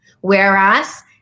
Whereas